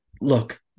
look